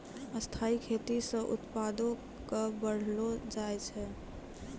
स्थाइ खेती से उत्पादो क बढ़लो जाय छै